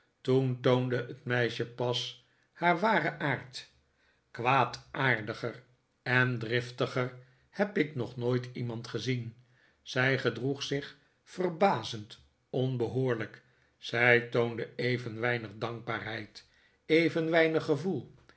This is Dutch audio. toen toonde het meisje pas haar waren aard kwaadaardiger en driftiger heb ik nog nooit iemand gezien zij gedroeg zich verbazend onbehoorlijk zij toonde even weinig dankbaarheid even weinig gevoel